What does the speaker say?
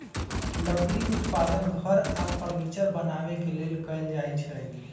लकड़ी उत्पादन घर आऽ फर्नीचर बनाबे के लेल कएल जाइ छइ